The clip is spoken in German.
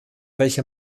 welche